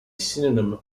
synonym